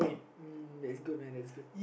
uh that's good man that's good